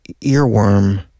earworm